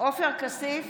עופר כסיף,